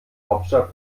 hauptstadt